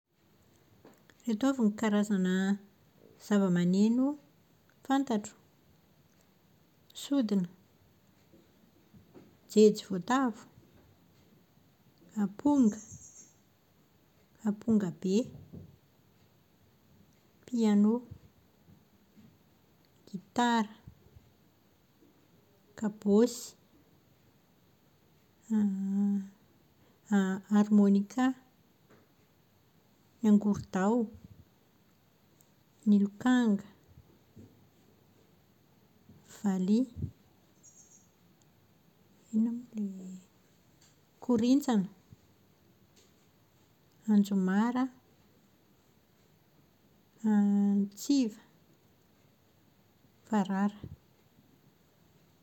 Ireto avy ny karazana zava-maneno fantatro. Sodina, jejy voatavo, aponga, aponga be, piano, gitara, kabosy, harmonica, angorodao, ny lokanga, valiha, inona moa ilay… korintsana, anjomara, antsiva, farara.